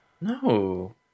No